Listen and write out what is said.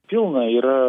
pilna yra